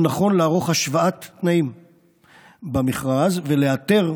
נכון לערוך השוואת תנאים במכרז ולהיעתר,